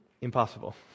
impossible